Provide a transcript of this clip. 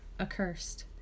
accursed